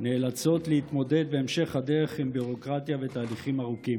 נאלצות להתמודד בהמשך הדרך עם ביורוקרטיה ותהליכים ארוכים.